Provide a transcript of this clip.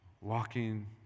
walking